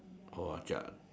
!wah! jialat